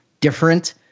different